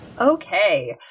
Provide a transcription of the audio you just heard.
Okay